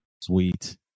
Sweet